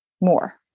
more